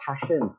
passion